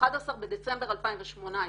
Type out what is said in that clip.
11 בדצמבר 2018,